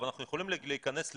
אנחנו יכולים להיכנס למיקרו,